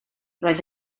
roedd